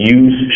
use